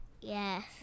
Yes